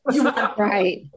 Right